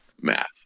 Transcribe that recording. math